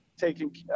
taking